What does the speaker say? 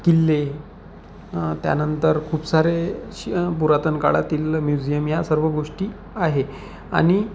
किल्ले त्यानंतर खूप सारे श पुरातन काळातील म्युझियम या सर्व गोष्टी आहे आणि